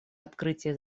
открытия